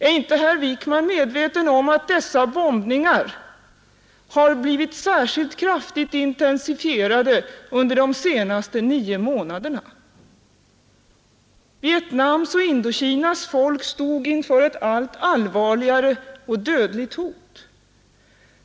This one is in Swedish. Är inte herr Wijkman medveten om att dessa bombningar har blivit särskilt kraftigt intensifierade under de senaste nio månaderna? Vietnams och Indokinas folk stod inför ett allt allvarligare och dödligt hot.